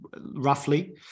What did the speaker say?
roughly